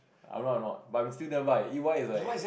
I'm not not but I'm still nearby E_Y is like